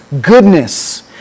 goodness